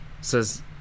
says